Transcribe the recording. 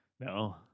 no